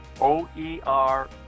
OER